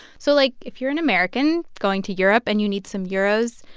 so, like, if you're an american going to europe and you need some euros,